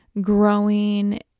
growing